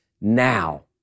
now